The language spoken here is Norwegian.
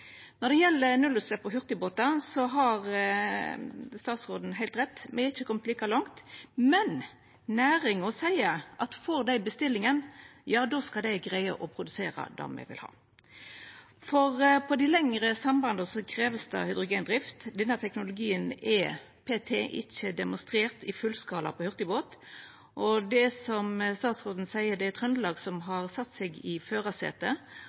Når det gjeld nullutslepp på hurtigbåtar, har statsråden heilt rett: Me har ikkje kome like langt. Men næringa seier at om dei får bestillinga, skal dei greia å produsera det me vil ha. For på dei lengre sambanda krevst det hydrogendrift. Denne teknologien er p.t. ikkje demonstrert i fullskala på hurtigbåt. Det er, som statsråden seier, Trøndelag som har sett seg i